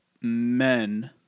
men